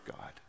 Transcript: God